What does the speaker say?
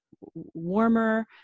warmer